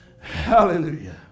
Hallelujah